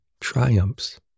triumphs